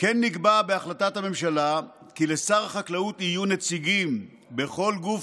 כמו כן נקבע בהחלטת הממשלה כי לשר החקלאות יהיו נציגים בכל גוף,